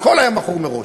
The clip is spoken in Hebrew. הכול היה מכור מראש.